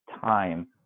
time